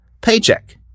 paycheck